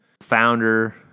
founder